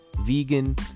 vegan